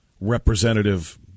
Representative